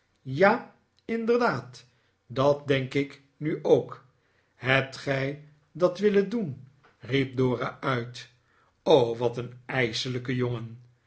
ja inderdaad dat denk ik nu ook hebt gij dat willen doen riep dora uit wat een ijselijke jongen